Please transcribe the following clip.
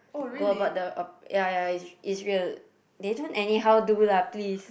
go about the op~ ya ya is it's real they don't anyhow do lah please